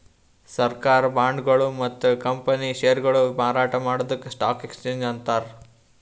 ಸರ್ಕಾರ್ ಬಾಂಡ್ಗೊಳು ಮತ್ತ್ ಕಂಪನಿ ಷೇರ್ಗೊಳು ಮಾರಾಟ್ ಮಾಡದಕ್ಕ್ ಸ್ಟಾಕ್ ಎಕ್ಸ್ಚೇಂಜ್ ಅಂತಾರ